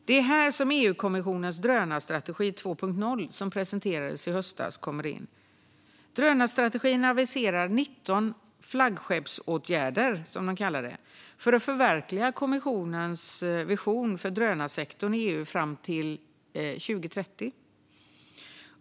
Det är här EU-kommissionens meddelande En drönarstrategi 2.0 , som presenterades i höstas, kommer in. Drönarstrategin aviserar 19 flaggskeppsåtgärder för att förverkliga kommissionens vision för drönarsektorn i EU fram till 2030.